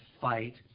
fight